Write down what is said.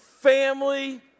Family